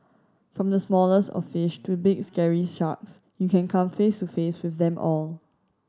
from the smallest of fish to big scary sharks you can come face to face with them all